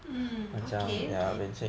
mm okay okay